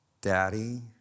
Daddy